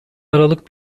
aralık